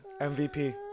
MVP